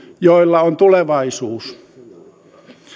joilla on tulevaisuus